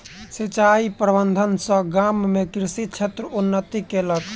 सिचाई प्रबंधन सॅ गाम में कृषि क्षेत्र उन्नति केलक